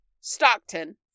Stockton